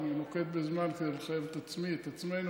אני נוקב בזמן כדי לחייב את עצמי, את עצמנו.